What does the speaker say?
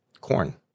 corn